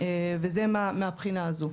וזה מהבחינה הזו.